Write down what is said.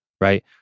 right